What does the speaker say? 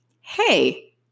hey